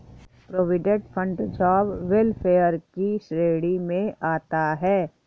provident fund job welfare की श्रेणी में आता है